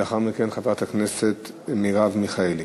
ולאחר מכן, חברת הכנסת מרב מיכאלי.